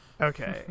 Okay